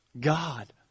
God